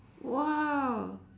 !wow!